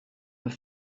and